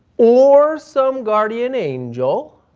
or some guardian angel,